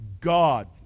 God